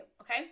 okay